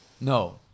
No